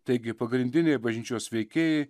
taigi pagrindiniai bažnyčios veikėjai